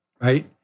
right